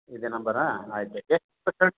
ಇದೇ ನಂಬರ್ರಾ ಆಯ್ತು